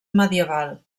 medieval